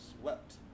swept